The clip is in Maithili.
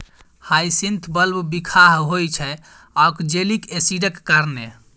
हाइसिंथ बल्ब बिखाह होइ छै आक्जेलिक एसिडक कारणेँ